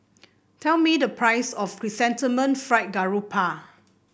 tell me the price of Chrysanthemum Fried Garoupa